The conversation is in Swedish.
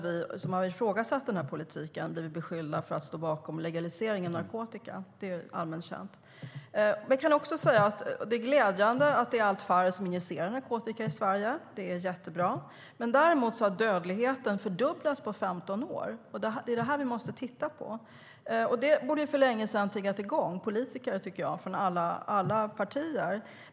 Vi som har ifrågasatt den politiken har blivit beskyllda för att stå bakom legalisering av narkotika, vilket är allmänt känt. Det är glädjande att det är allt färre som injicerar narkotika i Sverige - det är jättebra. Däremot har dödligheten fördubblats på 15 år. Det är det vi måste titta på. Jag tycker att det för länge sedan borde ha triggat i gång politiker från alla partier.